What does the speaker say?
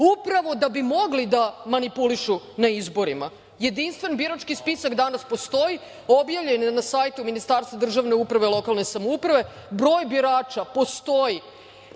upravo da bi mogli da manipulišu na izborima. Jedinstven birački spisak danas postoji, objavljen je na sajtu Ministarstva državne uprave i lokalne samouprave. Broj birača postoji